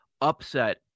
upset